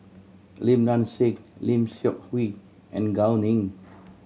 Lim Nang Seng Lim Seok Hui and Gao Ning